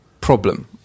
problem